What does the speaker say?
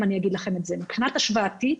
מבחינה השוואתית,